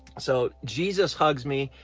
so jesus hugs me,